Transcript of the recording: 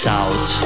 out